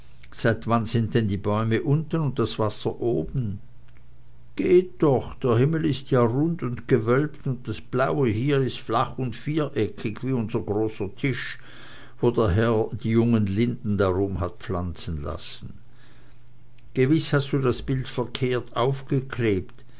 seit wann sind denn die bäume unten und das wasser oben geh doch der himmel ist ja rund und gewölbt und das blaue hier ist flach und viereckig wie unser großer teich wo der herr die jungen linden drum hat pflanzen lassen gewiß hast du das bild verkehrt aufgeklebt